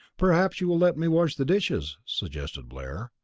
perhaps you will let me wash the dishes, suggested blair.